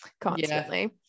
constantly